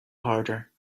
harder